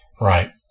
Right